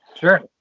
sure